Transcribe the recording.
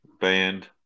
band